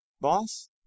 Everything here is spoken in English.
boss